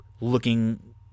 Looking